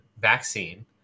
vaccine